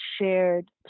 shared